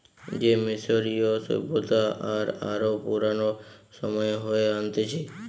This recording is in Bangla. সে মিশরীয় সভ্যতা আর আরো পুরানো সময়ে হয়ে আনতিছে